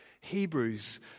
Hebrews